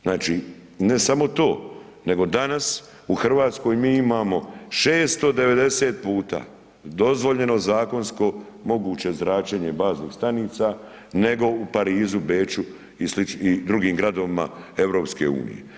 Znači, ne samo to nego danas u Hrvatskoj mi imamo 690 puta dozvoljeno zakonsko moguće zračenje baznih stanica nego u Parizu, Beču i sličnim drugim gradovima EU.